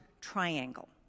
triangle